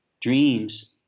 dreams